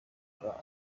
bwa